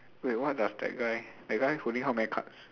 wait what does that guy that guy holding how many cards